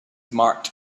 marked